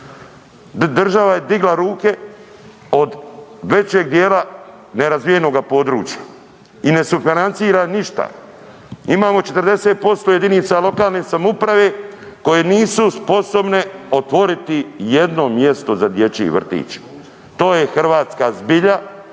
Država je digla ruke od većeg dijela nerazvijenoga područja i ne sufinancira ništa, imamo 40% jedinica lokalne samouprave koje nisu sposobne otvoriti jedno mjesto za dječji vrtić. To je hrvatska zbilja